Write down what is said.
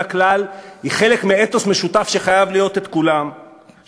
הכלל היא חלק מאתוס משותף שחייב להיות של כולם,